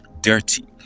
dirty